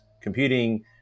computing